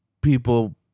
people